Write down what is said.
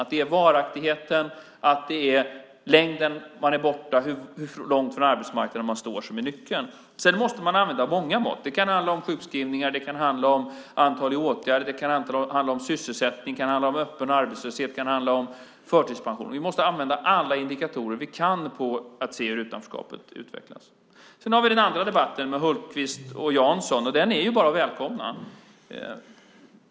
Det är varaktigheten, den tid man är borta och hur långt från arbetsmarknaden man står som är nyckeln. Man måste använda många mått. Det kan handla om sjukskrivningar, antal i åtgärder, sysselsättning, öppen arbetslöshet och förtidspensioner. Vi måste använda alla indikatorer vi kan för att se hur utanförskapet utvecklas. Sedan har vi den andra debatten med Hultqvist och Jansson, och det är bara att välkomna den.